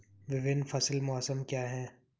विभिन्न फसल मौसम क्या हैं?